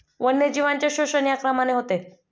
वन्यजीवांचे शोषण या क्रमाने होते